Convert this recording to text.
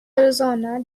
arizona